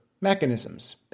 mechanisms